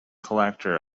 collector